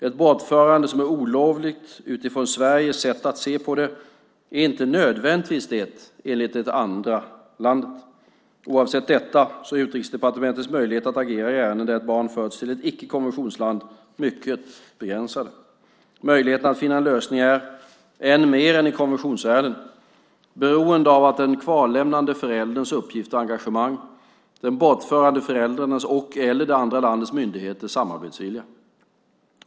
Ett bortförande som är olovligt utifrån Sveriges sätt att se på det är inte nödvändigtvis det enligt det andra landet. Oavsett detta är Utrikesdepartementets möjligheter att agera i ärenden där ett barn förts till ett icke-konventionsland mycket begränsade. Möjligheten att finna en lösning är, än mer än i konventionsärenden, beroende av den kvarlämnade förälderns uppgifter och engagemang, den bortförande förälderns och/eller det andra landets myndigheters samarbetsvilja.